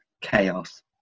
chaos